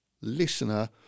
listener